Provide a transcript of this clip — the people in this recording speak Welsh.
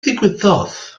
ddigwyddodd